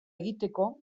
egiteko